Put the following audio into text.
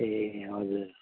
ए हजुर